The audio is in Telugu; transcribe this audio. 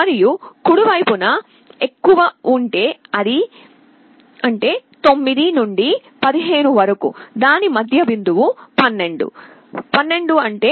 మరియు కుడి వైపున ఎక్కువ ఉంటే అది అంటే 9 నుండి 15 వరకు దాని మధ్య బిందువు 12 12 1